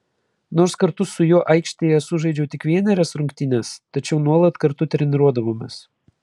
nors kartu su juo aikštėje sužaidžiau tik vienerias rungtynes tačiau nuolat kartu treniruodavomės